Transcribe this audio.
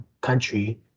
country